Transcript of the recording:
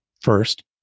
First